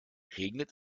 regnet